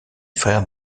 frère